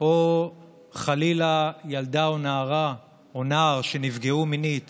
או חלילה ילדה או נערה או נער שנפגעו מינית